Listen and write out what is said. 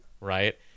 right